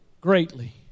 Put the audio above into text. greatly